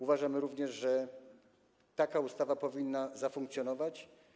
Uważamy również, że taka ustawa powinna zafunkcjonować.